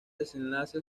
desenlace